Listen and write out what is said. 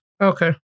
Okay